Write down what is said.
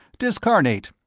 discarnate.